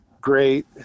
great